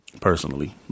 personally